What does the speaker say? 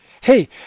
Hey